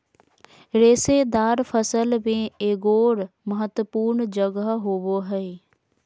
रेशेदार फसल में एगोर महत्वपूर्ण जगह होबो हइ